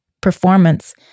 performance